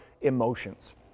emotions